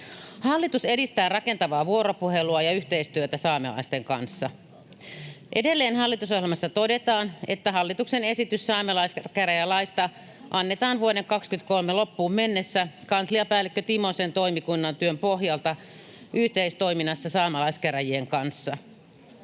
Hallitus edistää rakentavaa vuoropuhelua ja yhteistyötä saamelaisten kanssa. Edelleen hallitusohjelmassa todetaan, että hallituksen esitys saamelaiskäräjälaista annetaan vuoden 23 loppuun mennessä kansliapäällikkö Timosen toimikunnan työn pohjalta yhteistoiminnassa saamelaiskäräjien kanssa.